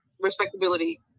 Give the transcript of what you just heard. respectability